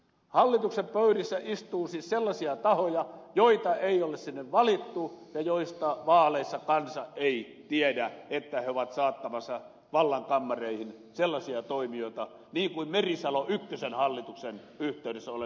hallituksen pöydissä istuu siis sellaisia tahoja joita ei ole sinne valittu ja joista vaaleissa kansa ei tiedä että he ovat saattamassa vallan kammareihin sellaisia toimijoita niin kuin merisalo ykkösen hallituksen yhteydessä olemme tutustuneet